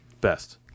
best